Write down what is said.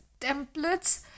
templates